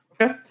Okay